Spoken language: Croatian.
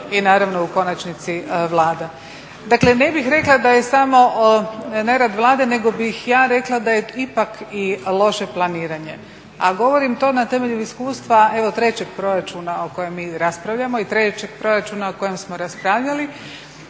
i naravno u konačnici Vlada. Dakle, ne bih rekla da je samo nerad Vlade nego bih ja rekla da je ipak i loše planiranje. A govorim to na temelju iskustva evo trećeg proračuna o kojem mi raspravljamo i trećeg proračuna o kojem smo raspravljali